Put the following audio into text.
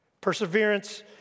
Perseverance